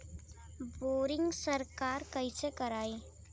Boring सरकार कईसे करायी?